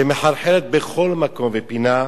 שמחלחלת בכל מקום ופינה,